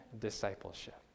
discipleship